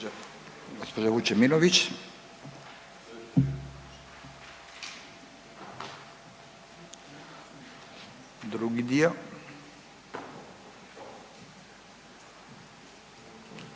Gospođa Vučemilović, drugi dio.